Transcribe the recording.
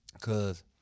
cause